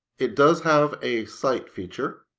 it does have a cite feature.